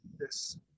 Yes